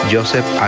Joseph